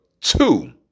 two